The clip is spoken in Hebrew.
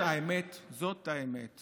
האאוריקה